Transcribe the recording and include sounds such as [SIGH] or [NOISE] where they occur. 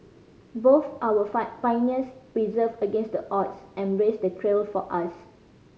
both our [UNINTELLIGIBLE] pioneers persevered against the odds and blazed the trail for us